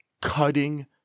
cutting